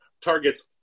targets